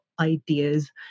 ideas